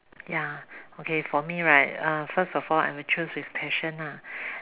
ya okay for me right uh first of all I will choose with passion lah